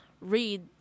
read